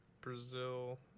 Brazil